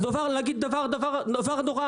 זה כדור שלג שאי אפשר לעצור אותו.